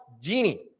genie